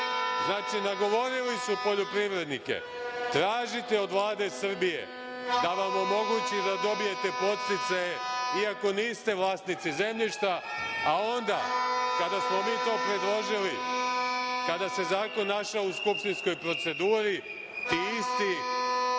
Znači, nagovorili su poljoprivrednike – tražite od Vlade Srbije da vam omogući da dobijete podsticaje iako niste vlasnici zemljišta, a onda kada smo mi to predložili, kada se zakon našao u skupštinskoj proceduri, ti isti